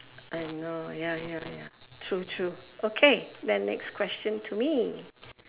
I know ya ya ya true true okay then next question to me